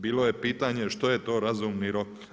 Bilo je pitanje što je to razumni rok?